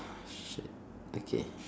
shit okay